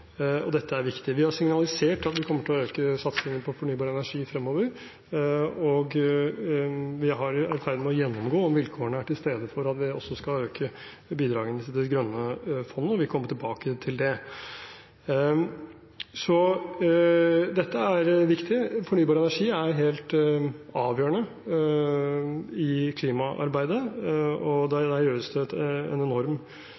årene. Dette er viktig. Vi har signalisert at vi kommer til å øke satsingen på fornybar energi fremover, og vi er i ferd med å gjennomgå om vilkårene er til stede for at vi også skal øke bidragene til det grønne fondet. Vi kommer tilbake til det. Dette er viktig. Fornybar energi er helt avgjørende i klimaarbeidet, og der gjøres det en enorm